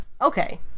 Okay